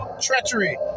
Treachery